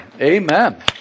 Amen